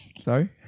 sorry